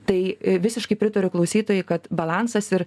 tai visiškai pritariu klausytojai kad balansas ir